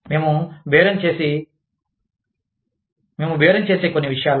మేము బేరం చేసే కొన్ని విషయాలు